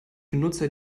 benutzer